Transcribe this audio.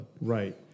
right